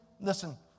listen